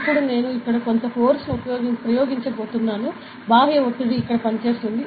ఇప్పుడు నేను ఇక్కడ కొంత ఫోర్స్ ని ప్రయోగించబోతున్నాను బాహ్య ఒత్తిడి ఇక్కడ పనిచేస్తుంది